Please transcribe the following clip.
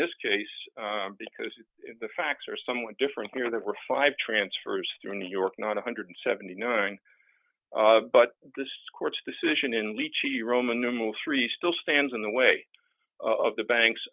this case because the facts are somewhat different here there were five transfers through new york not one hundred and seventy nine but the court's decision in ricci roman numeral three still stands in the way of the banks